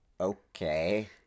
Okay